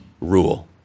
rule